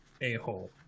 a-hole